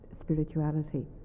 spirituality